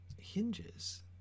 hinges